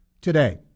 today